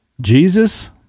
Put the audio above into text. Jesus